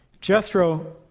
Jethro